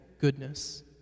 goodness